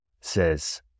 says